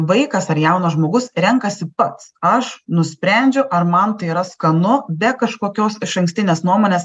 vaikas ar jaunas žmogus renkasi pats aš nusprendžiu ar man tai yra skanu be kažkokios išankstinės nuomonės